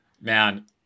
Man